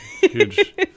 Huge